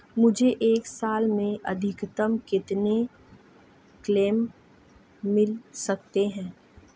मुझे एक साल में अधिकतम कितने क्लेम मिल सकते हैं?